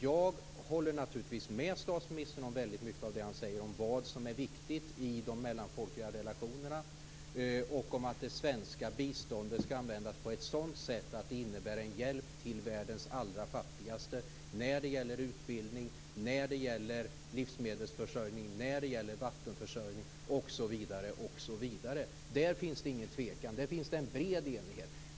Jag håller naturligtvis med statsministern om väldigt mycket av det han säger om vad som är viktigt i de mellanfolkliga relationerna och om att det svenska biståndet ska användas på ett sådant sätt att det innebär en hjälp till världens allra fattigaste när det gäller utbildning, livsmedelsförsörjning, vattenförsörjning osv. Där finns det ingen tvekan, utan där finns det en bred enighet.